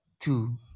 Two